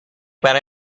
برای